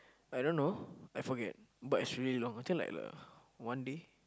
I don't know I forget but it's really long I think like like one day